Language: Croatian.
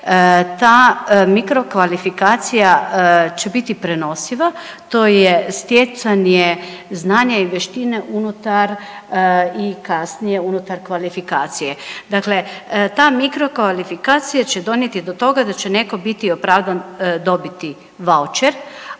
ta mikro kvalifikacija će biti prenosiva to je stjecanje znanje i vještine unutar i kasnije unutar kvalifikacije. Dakle, ta mikro kvalifikacija će donijeti do toga da će neko biti opravdan dobiti vaučer,